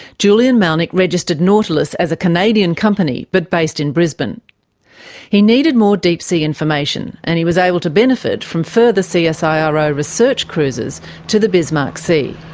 julian malnic registered nautilus as a canadian company but based in brisbane he needed more deep sea information, and he was able to benefit from further csrio ah research cruises to the bismarck sea.